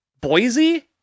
Boise